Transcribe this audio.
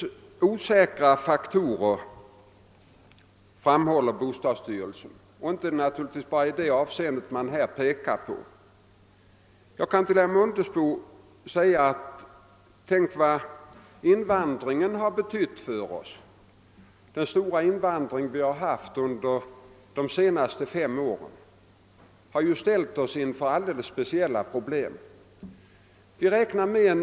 Bostadsstyrelsen framhåller att det finns osäkra faktorer även i andra av seenden och jag vill påminna herr Mundebo om vad exempelvis invandringen har betytt. Den stora invandringen under de senaste fem åren har ställt oss inför alldeles speciella problem på bostadsmarknaden.